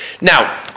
Now